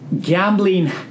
gambling